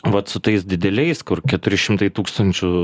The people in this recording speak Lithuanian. vat su tais dideliais kur keturi šimtai tūkstančių